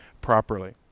properly